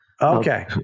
Okay